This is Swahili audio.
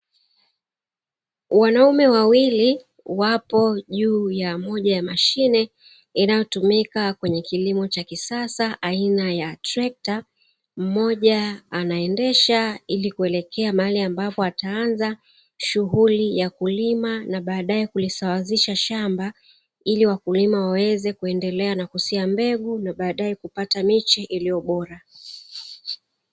Wanaume wawili wapo juu ya moja ya mashine inayotumika kwenye kilimo cha kisasa aina ya trekta. Mmoja anaendesha ili kuelekea mahali ambapo ataanza shughuli ya kulima na baadae kulisawazisha shamba, ili wakulima waweze kuendelea nakusia mbegu na baadae kupata miche iliyo bora.